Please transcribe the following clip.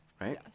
right